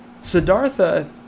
Siddhartha